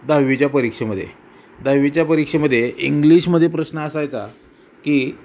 दहावीच्या परीक्षेमध्ये दहावीच्या परीक्षेमध्ये इंग्लिशमध्ये प्रश्न असायचा की